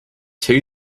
two